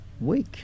week